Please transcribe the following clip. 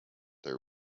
their